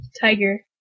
Tiger